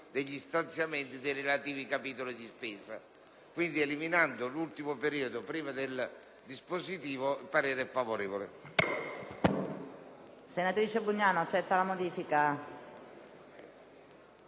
degli stanziamenti dei relativi capitoli di spesa. Se si eliminasse l'ultimo periodo prima del dispositivo, il parere sarebbe favorevole.